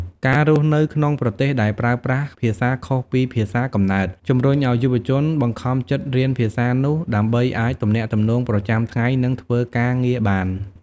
ការរស់នៅក្នុងប្រទេសដែលប្រើប្រាស់ភាសាខុសពីភាសាកំណើត ជំរុញឱ្យយុវជនបង្ខំចិត្តរៀនភាសានោះ ដើម្បីអាចទំនាក់ទំនងប្រចាំថ្ងៃ និងធ្វើការងារបាន។